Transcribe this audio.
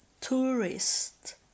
tourist